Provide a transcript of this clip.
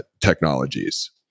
technologies